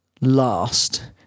last